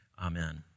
Amen